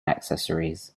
accessories